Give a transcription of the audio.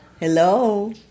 Hello